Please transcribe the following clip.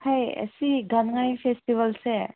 ꯍꯥꯏ ꯑꯁꯤ ꯒꯥꯉꯥꯏ ꯐꯦꯁꯇꯤꯕꯦꯜꯁꯦ